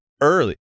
early